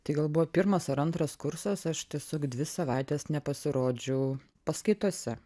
tai gal buvo pirmas ar antras kursas aš tiesiog dvi savaites nepasirodžiau paskaitose